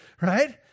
right